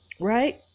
Right